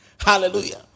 Hallelujah